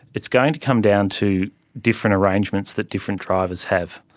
it's going to come down to different arrangements that different drivers have.